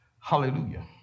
Hallelujah